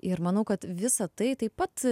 ir manau kad visa tai taip pat